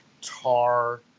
tar